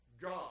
God